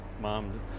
mom